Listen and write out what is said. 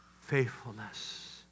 Faithfulness